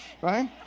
right